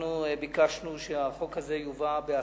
ביקשנו שהחוק הזה יובא בהסכמה,